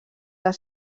del